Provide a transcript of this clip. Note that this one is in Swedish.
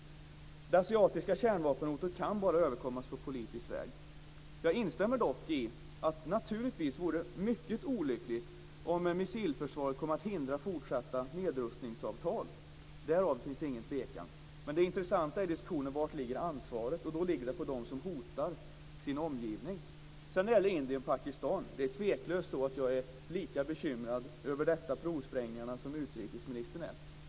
Det asiatiska kärnvapenhotet kan bara överkommas på politisk väg. Jag instämmer dock i att det naturligtvis vore mycket olyckligt om missilförsvaret kom att hindra fortsatta nedrustningsavtal. Därom finns ingen tvekan. Men det intressanta i diskussionen är var ansvaret ligger, och det ligger på dem som hotar sin omgivning. När det sedan gäller Indien och Pakistan är jag tveklöst lika bekymrad över provsprängningarna som utrikesministern är.